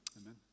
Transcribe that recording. Amen